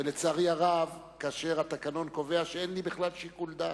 ולצערי הרב, התקנון קובע שאין לי בכלל שיקול דעת.